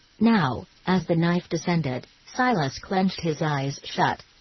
now, as the knife descended, silas clenched his eyes shut.